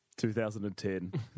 2010